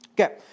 Okay